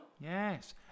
Yes